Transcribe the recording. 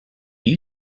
you